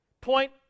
point